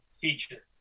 feature